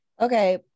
Okay